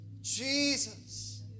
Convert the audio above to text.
Jesus